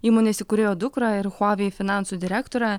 įmonės įkūrėjo dukrą ir huawei finansų direktorę